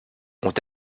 ont